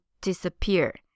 disappear